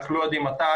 אנחנו לא יודעים מתי.